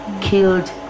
killed